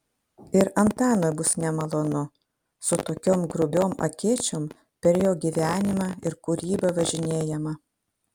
ir antanui bus nemalonu su tokiom grubiom akėčiom per jo gyvenimą ir kūrybą važinėjama